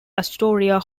astoria